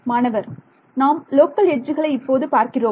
மாணவர் நாம் லோக்கல் எட்ஜுகளை இப்போது பார்க்கிறோமா